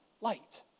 light